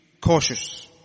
cautious